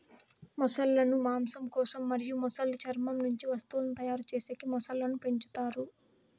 మొసళ్ళ ను మాంసం కోసం మరియు మొసలి చర్మం నుంచి వస్తువులను తయారు చేసేకి మొసళ్ళను పెంచుతారు